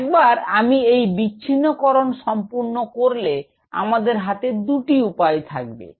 একবার আমি এই বিচ্ছিন্নকরণ সম্পূর্ণ করলে আমার হাতে দুটি উপায় থাকবে